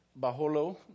Baholo